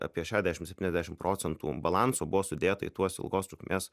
apie šešiasdešim septyniasdešim procentų balanso buvo sudėta į tuos ilgos trukmės